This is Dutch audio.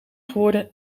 geworden